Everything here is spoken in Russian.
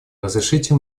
разрешите